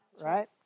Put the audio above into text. right